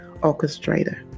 orchestrator